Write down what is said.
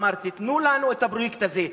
אמרתי: תנו לנו את הפרויקט הזה.